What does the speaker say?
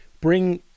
bring